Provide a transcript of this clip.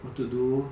what to do